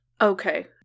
Okay